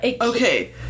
okay